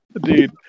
Dude